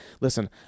listen